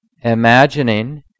imagining